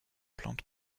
plante